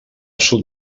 sud